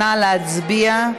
נא להצביע.